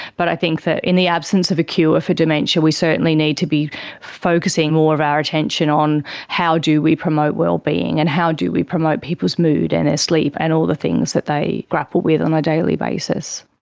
but i think in the absence of a cure for dementia we certainly need to be focusing more of our attention on how do we promote wellbeing and how do we promote people's mood and their ah sleep and all the things that they grapple with on a daily basis.